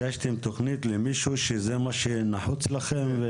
הגשתם תוכנית למישהו, שזה מה שנחוץ לכם?